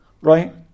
right